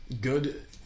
good